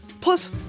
Plus